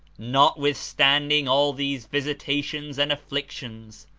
notwithstanding all these visitations and afflictions,